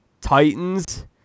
Titans